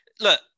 look